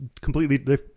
completely